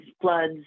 floods